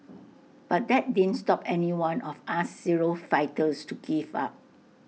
but that didn't stop any one of us zero fighters to give up